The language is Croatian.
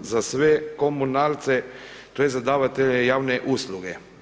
za sve komunalce tj. za davatelje javne usluge.